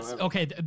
Okay